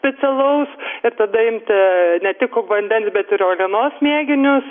specialaus ir tada imti ne tik vandens bet ir uolienos mėginius